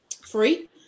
free